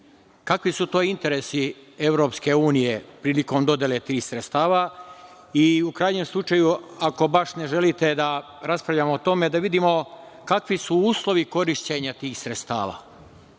Kakvi su to interesi EU prilikom dodele tih sredstava i u krajnjem slučaju, ako baš ne želite da raspravljamo o tome, da vidimo kakvi su uslovi korišćenja tih sredstava.